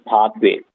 Pathway